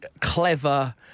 clever